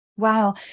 Wow